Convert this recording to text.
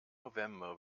november